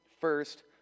first